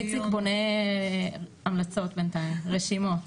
איציק בונה בינתיים המלצות, רשימות.